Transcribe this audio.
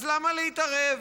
אז למה להתערב?